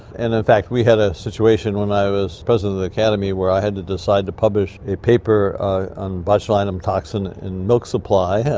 and in fact we had a situation when i was president of the academy where i had to decide to publish a paper on botulinum toxin in milk supply,